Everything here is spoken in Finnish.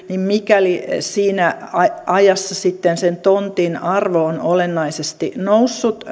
niin pitäisi mikäli siinä ajassa sitten sen tontin arvo on olennaisesti noussut